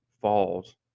falls